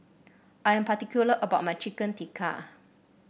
I'm particular about my Chicken Tikka